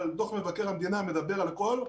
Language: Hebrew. אבל דוח מבקר המדינה מדבר על הכול.